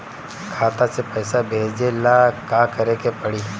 खाता से पैसा भेजे ला का करे के पड़ी?